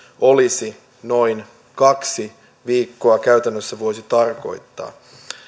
olisi noin kaksi viikkoa käytännössä voisi tarkoittaa